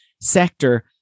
sector